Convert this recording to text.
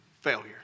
failure